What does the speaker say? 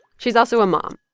she's also a mom,